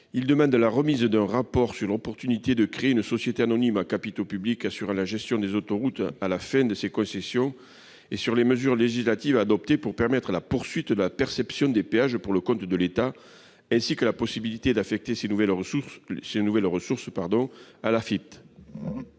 il demande la remise d'un rapport sur l'opportunité de créer une société anonyme à capitaux publics, assure la gestion des autoroutes à la fin de ces concessions, et sur les mesures législatives adoptées pour permettre la poursuite de la perception des péages pour le compte de l'État, ainsi que la possibilité d'affecter ces nouvelles ressources ces